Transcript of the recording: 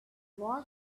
war